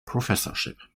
professorship